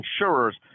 insurers